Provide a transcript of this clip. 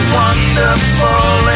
wonderful